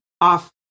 off